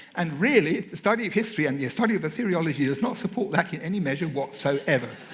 and really, the study of history and the study of assyriology does not support that in any measure whatsoever.